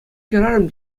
хӗрарӑм